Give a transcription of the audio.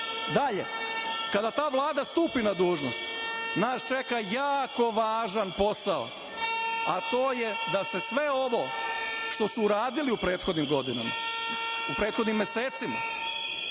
vladi. Dalje, kada ta Vlada stupi na dužnost, nas čeka jako važan posao, a to je da se sve ovo što su uradili u prethodnim godinama, u prethodnim mesecima,